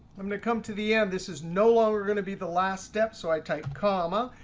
i'm going to come to the end. this is no longer going to be the last step, so i type comma,